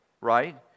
right